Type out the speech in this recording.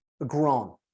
grown